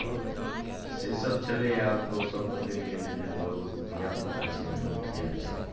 से सब छलै हँ आब तऽ ओसब बदलि गेलै नहि बहुत धिआ पुता छै नहि ओ खेल छै